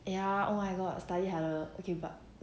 ya oh my god study harder okay but